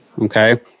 Okay